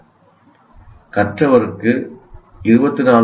நாங்கள் கொடுக்கும் எந்த எண்களும் குறிக்க மட்டுமே பயன்படுத்தப்படுகின்றன